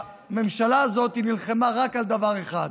הממשלה הזאת נלחמה רק על דבר אחד,